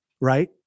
right